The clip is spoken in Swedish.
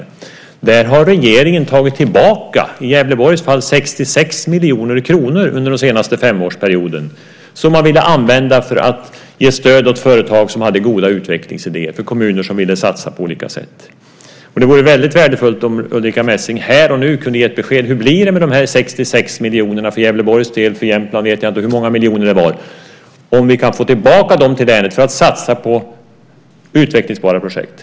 I Gävleborgs fall har regeringen tagit tillbaka 66 miljoner kronor under den senaste femårsperioden. Det var pengar som man ville använda för att ge stöd åt företag som hade goda utvecklingsidéer, för kommuner som ville satsa på olika sätt. Det vore väldigt värdefullt om Ulrica Messing här och nu kunde ge ett besked om hur det blir med de här 66 miljonerna för Gävleborgs del. För Jämtland vet jag inte hur många miljoner det var. Kan vi få tillbaka dem till länet för att satsa på utvecklingsbara projekt?